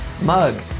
mug